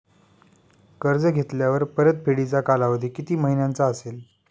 कर्ज घेतल्यावर परतफेडीचा कालावधी किती महिन्यांचा असेल?